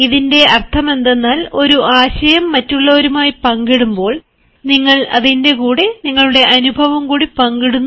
ഇതിന്റെ അര്ഥമെന്തന്നാൽ ഒരു ആശയം മറ്റുള്ളവരുമായി പങ്കിടുമ്പോൾ നിങ്ങൾ അതിന്റെകൂടെ നിങ്ങളുടെ അനുഭവം കൂടി പങ്കിടുന്നു